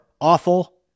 awful